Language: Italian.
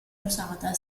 usata